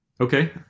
Okay